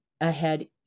ahead